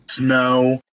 no